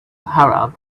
arab